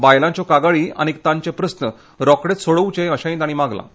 बायलांच्यो कागाळी आनी तांचे प्रस्न रोकडेच सोडोवचे अशेंय तांणी मागलां